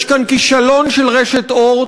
יש כאן כישלון של רשת "אורט".